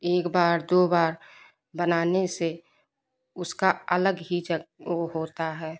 एक बार दो बार बनाने से उसका अलग ही वह होता है